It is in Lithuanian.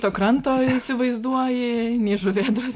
to kranto įsivaizduoji nei žuvėdros